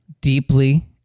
deeply